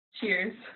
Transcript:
Cheers